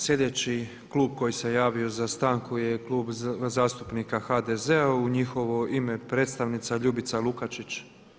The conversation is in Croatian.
Sljedeći klub koji se javio za stanku je Klub zastupnika HDZ-a, u njihovo ime predstavnica Ljubica Lukačić.